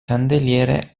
candeliere